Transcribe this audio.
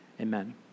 Amen